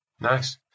Nice